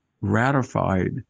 ratified